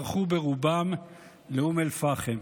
ברחו ברובם לאום אל-פחם.